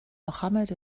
mohammed